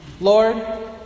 Lord